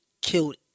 killed